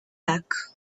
back